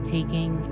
Taking